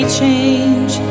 change